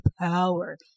power